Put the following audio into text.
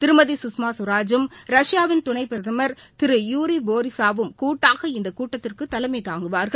திருமதி சுஷ்மா ஸ்வராஜும் ரஷ்யாவின் துணைப்பிரதம் திரு யூரிபோரிசோ வும் கூட்டாக இந்தகூட்டத்திற்குதலைமைதாங்குவாா்கள்